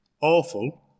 Awful